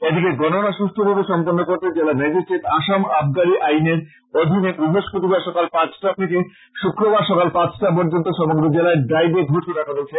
এদিকে গননা সুষ্টভাবে সম্পন্ন করতে জেলা ম্যাজিষ্ট্রেট আসাম আবগারী আইনের অধীনে বৃহস্পতিবার সকাল পাঁচটা থেকে শুক্রবার সকাল পাঁচটা পর্য্যন্ত সমগ্র জেলায় ড্রাই ডে ঘোষনা করেছেন